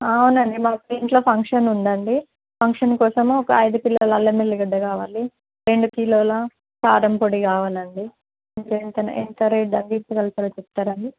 అవునండి మాకు ఇంట్లో ఫంక్షన్ ఉందండి ఫంక్షన్ కోసం ఒక ఐదు కిలోల అల్లం వెల్లిగడ్డ కావాలి రెండు కిలోల కారంపొడి కావాలండి ఇంకా ఎంత ఎంత రేట్ తగ్గిచ్చగలగుతరో చెప్తారా అండి